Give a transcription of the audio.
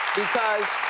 because